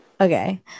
okay